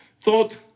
thought